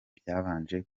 byabanje